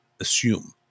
assume